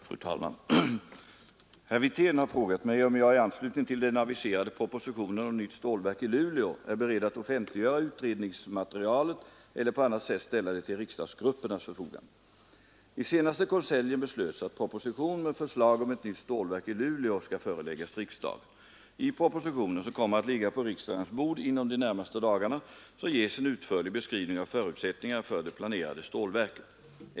Fru talman! Herr Wirtén har frågat mig om jag i anslutning till den aviserade propositionen om nytt stålverk i Luleå är beredd att offentliggöra utredningsmaterialet eller på annat sätt ställa det till riksdagsgruppernas förfogande. I senaste konseljen beslöts att proposition med förslag om ett nytt stålverk i Luleå skall föreläggas riksdagen. I propositionen, som kommer att ligga på riksdagens bord inom de närmaste dagarna, ges en utförlig beskrivning av förutsättningarna för det planerade stålverket.